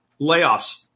Layoffs